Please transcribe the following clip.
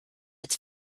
its